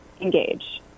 engage